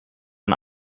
ein